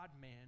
man